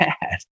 bad